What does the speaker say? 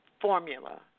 formula